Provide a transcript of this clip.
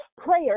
prayer